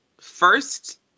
first